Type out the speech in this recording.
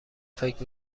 فکر